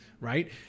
right